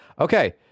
Okay